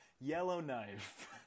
Yellowknife